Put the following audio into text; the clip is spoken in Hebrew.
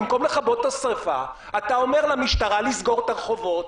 במקום לכבות את השריפה אתה אומר למשטרה לסגור את הרחובות,